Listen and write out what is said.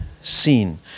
seen